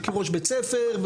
כראש בית ספר,